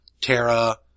Terra